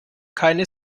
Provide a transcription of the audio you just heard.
keine